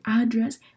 address